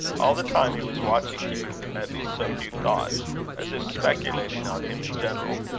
all the time he was watching hugh at least so hugh thought as if speculating on him in general.